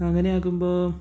അങ്ങനെയാകുമ്പോൾ